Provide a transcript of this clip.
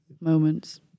moments